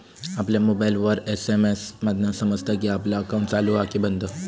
आपल्या मोबाईलवर एस.एम.एस मधना समजता कि आपला अकाउंट चालू हा कि बंद